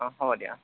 অঁ হ'ব দিয়া অঁ